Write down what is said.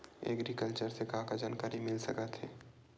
Agriculture से का का जानकारी मिल सकत हे?